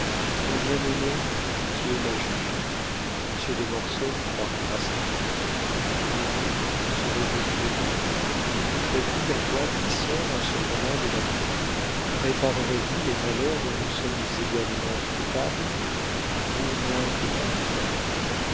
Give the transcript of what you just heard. mon bien-aimé dieu m'a jugée monsieur de mortsauf me pardonnera sans doute mais vous serez-vous clément écouterez vous la voix qui sort en ce moment de ma tombe réparerez vous les malheurs dont nous sommes également coupables vous moins que moi peut-être